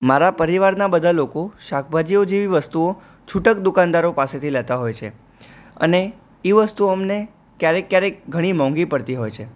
મારા પરિવારનાં બધા લોકો શાકભાજીઓ જેવી વસ્તુઓ છૂટક દુકાનદારો પાસેથી લેતા હોય છે અને એ વસ્તુ અમને ક્યારેક ક્યારેક ઘણી મોંઘી પડતી હોય છે